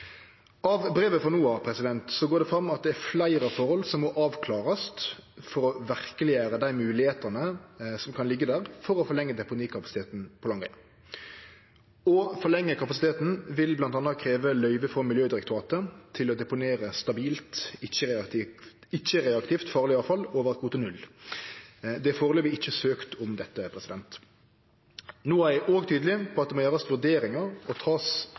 Av brevet frå NOAH går det fram at det er fleire forhold som må avklarast for å verkeleggjere dei moglegheitene som kan liggje der for å forlengje deponikapasiteten på Langøya. Å forlengje kapasiteten vil bl.a. krevje løyve frå Miljødirektoratet til å deponere stabilt, ikkje-reaktivt farleg avfall over kvote 0. Det er foreløpig ikkje søkt om dette. NOAH er òg tydeleg på at det må gjerast vurderingar og